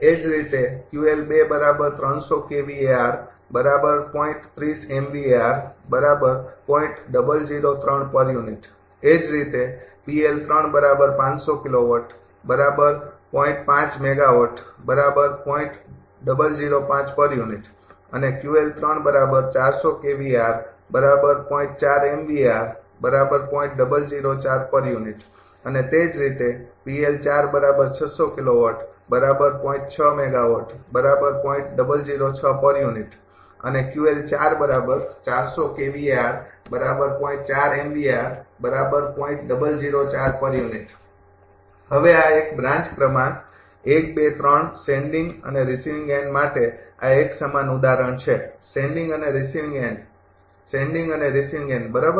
એ જ રીતે એ જ રીતે અને અને તે જ રીતે અને હવે આ એક બ્રાન્ચ ક્રમાંક ૧ ૨ ૩ સેંડિંગ અને રિસીવિંગ એન્ડ માટે આ એક સમાન ઉદાહરણ છે સેંડિંગ અને રિસીવિંગ એન્ડ સેંડિંગ અને રિસીવિંગ એન્ડ બરાબર